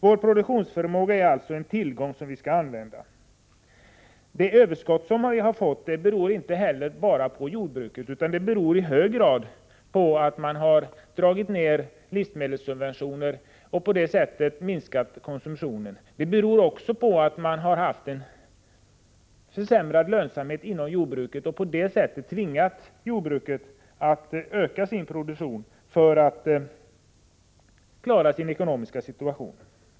Vår produktionsförmåga är således en tillgång som vi skall använda. Det överskott som vi har fått beror inte heller bara på jordbruket, det beror i hög grad på att man har dragit ner livsmedelssubventionerna och på det sättet minskat konsumtionen. Det beror också på att man har haft en försämrad lönsamhet inom jordbruket. Man har inom jordbruket tvingats att öka produktionen för att klara sin ekonomiska situation.